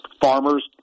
farmers